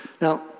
Now